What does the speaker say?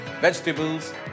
Vegetables